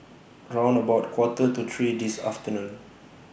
round about Quarter to three This afternoon